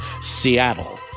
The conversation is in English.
Seattle